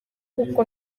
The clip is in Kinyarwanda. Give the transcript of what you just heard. kuko